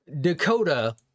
Dakota